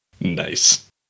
Nice